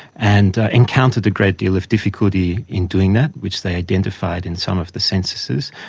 and encountered a great deal of difficulty in doing that, which they identified in some of the censuses,